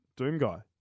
Doomguy